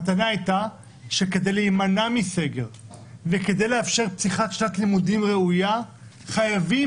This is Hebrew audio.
הטענה הייתה שכדי להימנע מסגר וכדי לאפשר פתיחת שנת לימודים ראויה חייבים